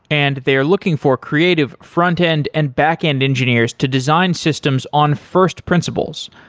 and they are looking for creative front-end and back-end engineers to design systems on first principles,